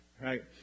Right